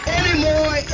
anymore